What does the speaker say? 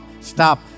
stop